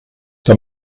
der